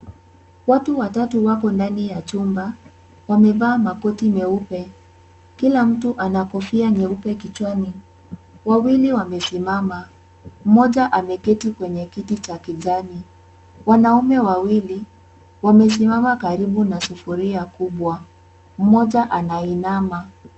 Watu watatu wako ndani ya chumba, wamevaa makoti meupe, kila mtu ana kofia nyeupe kichwani. Wawili wamesimama, mmoja ameketi kwenye kiti cha kijani. Wanaume wawili wamesimama karibu na sufuria kubwa, mmoja anainama.